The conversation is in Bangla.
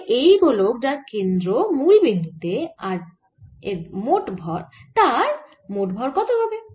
তাহলে সেই গোলক যার কেন্দ্র মুল বিন্দু তে তার এর মোট ভর কত হবে